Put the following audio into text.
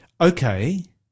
Okay